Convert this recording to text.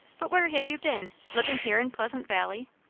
but where have you been? living here in pleasant valley?